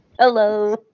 Hello